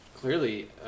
clearly